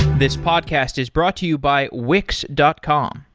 this podcast is brought to you by wix dot com.